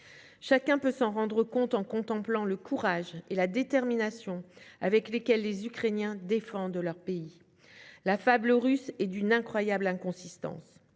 Chacun peut s'en rendre compte en contemplant le courage et la détermination avec lesquels les Ukrainiens défendent leur pays : la fable russe est d'une incroyable inconsistance.